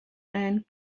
and